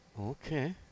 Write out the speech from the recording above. Okay